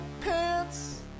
pants